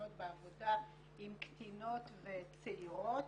האחרונות בעבודה עם קטינות וצעירות,